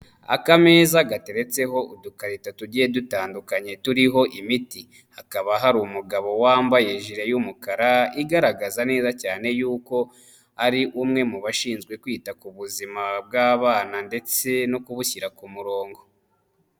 Akameza gateretseho udukarita tugiye dutandukanye turiho imiti, hakaba hari umugabo wambaye jire y'umukara igaragaza neza cyane yuko ari umwe mu bashinzwe kwita ku buzima bw'abana ndetse no kubushyira ku murongo.